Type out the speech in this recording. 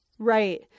Right